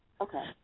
Okay